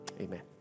Amen